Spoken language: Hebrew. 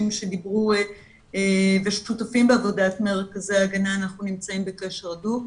שדיברו ושותפים בעבודת מרכזי ההגנה אנחנו נמצאים בקשר הדוק.